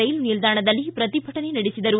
ರೈಲು ನಿಲ್ದಾಣದಲ್ಲಿ ಪ್ರತಿಭಟನೆ ನಡೆಸಿದರು